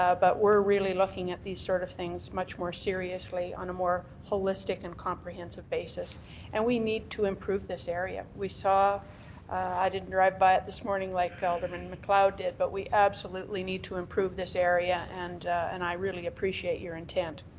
ah but we are really looking at these sort of things much more seriously on a more holistic and comprehensive basis and we need to improve this area. we saw i didn't drive by it this morning like alderman macleod did but we absolutely need to improve this area, and and i really appreciate your intent.